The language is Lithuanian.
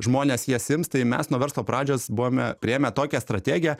žmonės jas ims tai mes nuo verslo pradžios buvome priėmę tokią strategiją